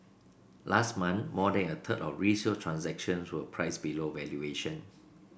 last month more than a third of resale transactions were priced below valuation